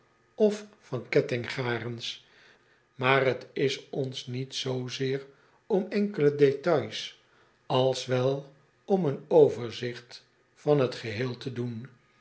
of van kettinggarens maar t is ons niet zoozeer om enkele details als wel om een overzigt van het geheel te doen